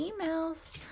emails